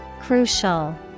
CRUCIAL